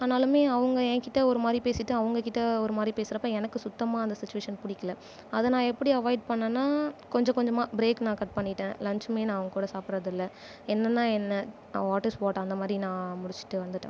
ஆனாலுமே அவங்க என்கிட்ட ஒரு மாதிரி பேசிட்டு அவங்க கிட்ட ஒரு மாதிரி பேசுறப்போ எனக்கு சுத்தமா அந்த சுச்சுவேஷன் பிடிக்கல அதை நான் எப்படி அவாய்ட் பன்னன்னா கொஞ்ச கொஞ்சமாக ப்ரேக் நான் கட் பண்ணிட்டேன் லஞ்சுமே அவங்க கூட சாப்பிட்றது இல்லை என்னன்னா என்ன வாட் இஸ் வாட் அந்த மாதிரி நான் முடிச்சிகிட்டு வந்துட்டேன்